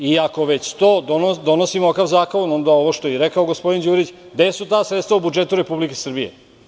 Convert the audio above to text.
Ako već donosimo ovakav zakon, onda ovo što je rekao gospodin Đurić, gde su ta sredstva u budžetu Republike Srbije?